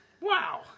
Wow